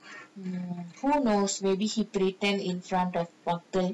who knows maybe he pretend in front of public